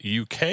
UK